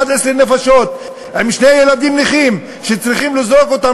11 נפשות עם שני ילדים נכים שצריכים לזרוק אותם